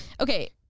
Okay